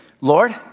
Lord